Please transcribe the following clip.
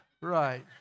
Right